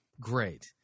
Great